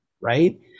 right